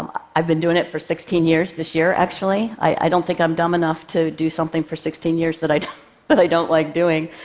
um i've been doing it for sixteen years this year, actually. i don't think i'm dumb enough to do something for sixteen years that i that i don't like doing.